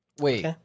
Wait